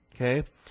Okay